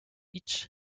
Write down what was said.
each